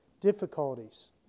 Difficulties